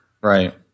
Right